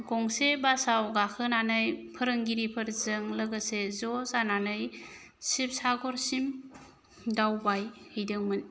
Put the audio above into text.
गंसे बास आव गाखोनानै फोरोंगिरिफोरजों लोगोसे ज' जानानै शिबसागरसिम दावबायहैदोंमोन